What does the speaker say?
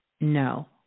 no